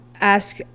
ask